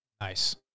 nice